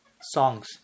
songs